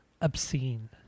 obscene